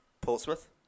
Portsmouth